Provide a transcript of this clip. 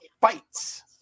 fights